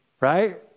Right